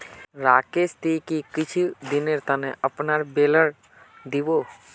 राकेश की ती कुछू दिनेर त न अपनार बेलर दी बो